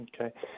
Okay